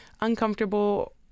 uncomfortable